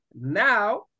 now